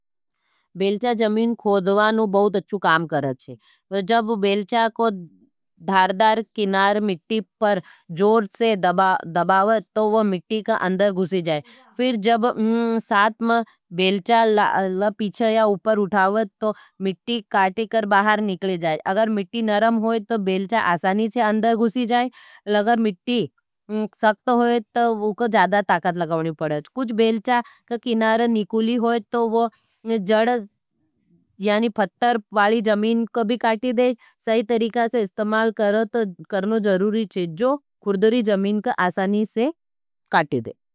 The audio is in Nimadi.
बेल्चा जमीन खोदवानू बहुत अच्छु काम कर रहे हैं। जब बेल्चा को धारदार किनार मिट्टी पर जोर से दबावें, तो वो मिट्टी का अंदर गुशी जाएं। अगर मिट्टी नरम होई तो बेल्चा आसानी से अंदर गुशी जाएं। लगर मिट्टी सक्त होई तो ज़्यादा ताकत लगावनी पड़ाएं। कुछ बेल्चा का किनार निकूली होई तो जड़, यानि फत्तर वाली जमीन को भी काटी दें। सही तरीका से इस्तमाल करना ज़रूरी छे। जो खुर्दरी जमीन का आसानी से काटी।